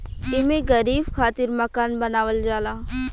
एमे गरीब खातिर मकान बनावल जाला